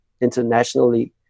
internationally